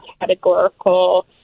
categorical